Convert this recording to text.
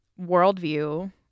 worldview